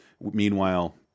Meanwhile